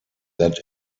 that